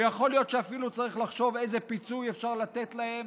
ויכול להיות שאפילו צריך לחשוב איזה פיצוי אפשר לתת להם.